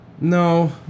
No